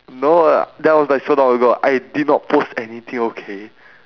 no lah that was like so long ago I did not post anything okay